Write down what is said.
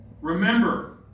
remember